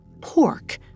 Pork